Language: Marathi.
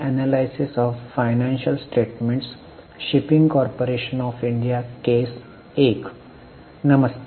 नमस्ते